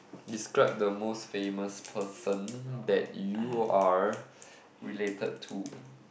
describe the most famous person that you're related to